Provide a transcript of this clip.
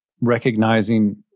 recognizing